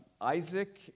Isaac